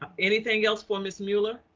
ah anything else for ms. muller?